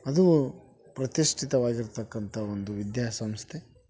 ಅದೂ ಪ್ರತಿಷ್ಠಿತವಾಗಿರ್ತಕ್ಕಂಥ ಒಂದು ವಿದ್ಯಾ ಸಂಸ್ಥೆ